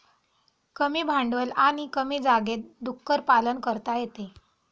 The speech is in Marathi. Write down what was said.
कमी भांडवल आणि कमी जागेत डुक्कर पालन करता येते